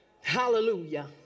Hallelujah